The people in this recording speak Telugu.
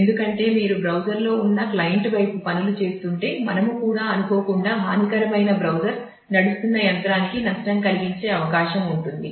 ఎందుకంటే మీరు బ్రౌజర్లో ఉన్న క్లయింట్ వైపు పనులు చేస్తుంటే మనము కూడా అనుకోకుండా హానికరమైన బ్రౌజర్ నడుస్తున్న యంత్రానికి నష్టం కలిగించే అవకాశం ఉంటుంది